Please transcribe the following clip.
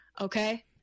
okay